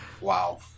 Wow